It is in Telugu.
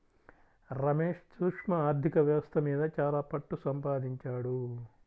రమేష్ సూక్ష్మ ఆర్ధిక వ్యవస్థ మీద చాలా పట్టుసంపాదించాడు